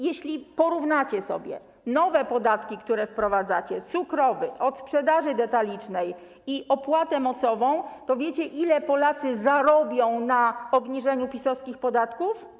Jeśli porównacie sobie nowe podatki, które wprowadzacie: cukrowy, od sprzedaży detalicznej i opłatę mocową, to wiecie, ile Polacy zarobią na obniżeniu PiS-owskich podatków?